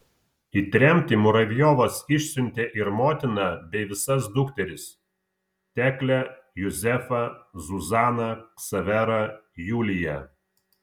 į tremtį muravjovas išsiuntė ir motiną bei visos dukteris teklę juzefą zuzaną ksaverą juliją